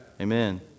amen